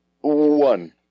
one